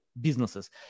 businesses